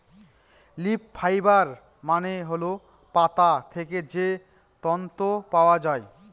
leaf fibre মানে হল পাতা থেকে যে তন্তু পাওয়া যায়